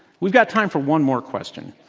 we've got time for one more question.